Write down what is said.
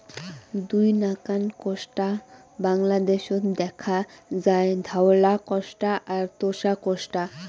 দুই নাকান কোষ্টা বাংলাদ্যাশত দ্যাখা যায়, ধওলা কোষ্টা আর তোষা কোষ্টা